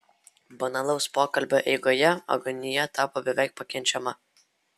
banalaus pokalbio eigoje agonija tapo beveik pakenčiama